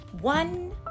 One